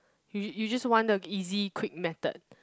you you just want the easy quick method